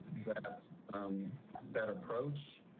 that's better approach.